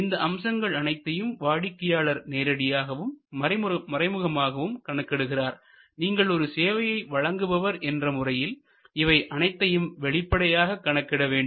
இந்த அம்சங்கள் அனைத்தையும் வாடிக்கையாளர் நேரடியாகவும் மறைமுகமாகவும் கணக்கு இடுகிறார் நீங்கள் ஒரு சேவையை வழங்குபவர் என்ற முறையில் இவை அனைத்தையும் வெளிப்படையாக கணக்கிட வேண்டும்